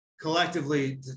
collectively